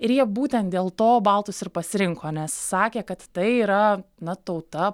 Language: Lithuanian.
ir jie būtent dėl to baltus ir pasirinko nes sakė kad tai yra na tauta